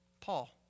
Paul